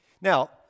Now